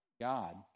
God